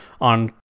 on